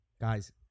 Guys